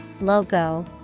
logo